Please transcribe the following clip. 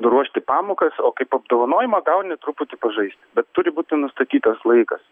ruošti pamokas o kaip apdovanojimą gauni truputį pažaisti bet turi būti nustatytas laikas